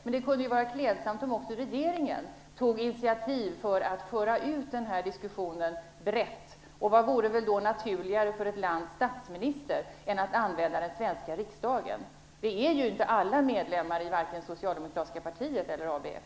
Men det kunde ju vara klädsamt om också regeringen tog initiativ för att brett föra ut den här diskussionen. Vad vore då naturligare för ett lands statsminister än att använda den svenska riksdagen. Alla är vi inte medlemmar vare sig i socialdemokratiska partiet eller i ABF.